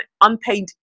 unpaid